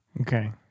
Okay